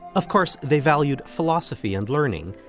of course they valued philosophy and learning,